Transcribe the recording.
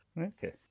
Okay